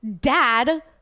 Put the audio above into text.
Dad